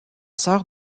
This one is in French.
soeur